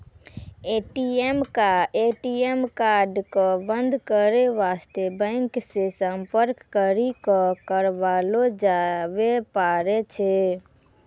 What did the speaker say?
ATM card क बन्द करै बास्ते बैंक से सम्पर्क करी क करबैलो जाबै पारै छै